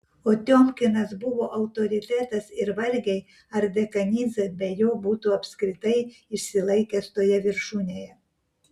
o tiomkinas buvo autoritetas ir vargiai ar dekanidzė be jo būtų apskritai išsilaikęs toje viršūnėje